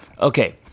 Okay